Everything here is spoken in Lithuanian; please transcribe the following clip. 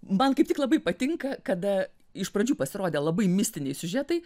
man kaip tik labai patinka kada iš pradžių pasirodę labai mistiniai siužetai